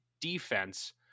defense